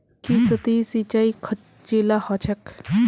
की सतही सिंचाई खर्चीला ह छेक